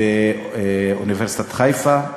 באוניברסיטת חיפה,